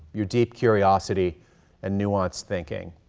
your deep curiosity and nuanced thinking.